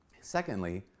Secondly